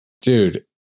dude